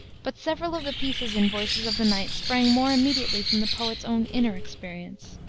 but several of the pieces in voices of the night sprang more immediately from the poet's own inner experience.